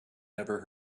never